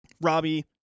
Robbie